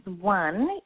one